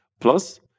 Plus